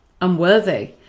unworthy